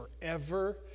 forever